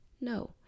no